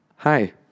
Hi